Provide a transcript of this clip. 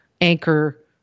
anchor